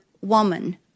woman